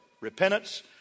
repentance